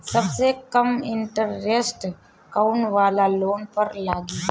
सबसे कम इन्टरेस्ट कोउन वाला लोन पर लागी?